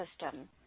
system